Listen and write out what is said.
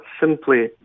simply